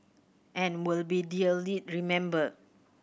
and will be dearly remembered